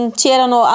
c'erano